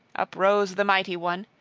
uprose the mighty one,